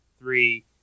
three